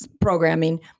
programming